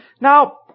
Now